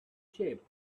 sheep